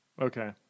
Okay